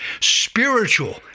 spiritual